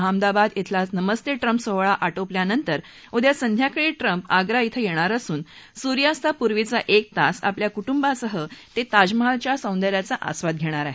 अहमदाबाद धिला नमस्ते ट्रम्प सोहळा आटोपल्यानंतर उद्या संध्याकाळी ट्रम्प आग्रा शिं येणार असून सुर्यास्तापूर्वीचा एक तास आपल्या कुटुंबासह ते ताजमहलच्या सौंदर्याचा आस्वाद घेणार आहेत